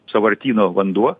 sąvartyno vanduo